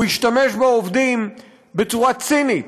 הוא השתמש בעובדים בצורה צינית.